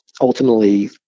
ultimately